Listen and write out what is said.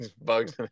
bugs